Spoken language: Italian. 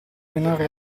denaro